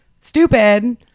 stupid